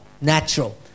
Natural